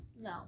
No